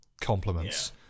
compliments